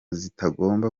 zitagomba